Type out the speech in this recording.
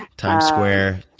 times square?